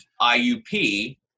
iup